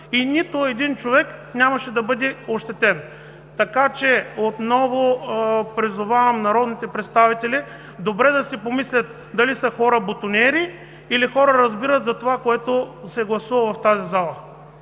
и нито един човек нямаше да бъде ощетен. Така че отново призовавам народните представители добре да си помислят дали са хора – бутониери, или хора, които разбират това, което се гласува в тази зала.